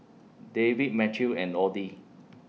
David Mathew and Audy